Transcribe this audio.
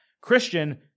Christian